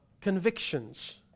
convictions